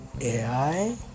AI